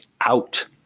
out